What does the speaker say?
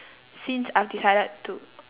since I've decided to